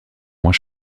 moins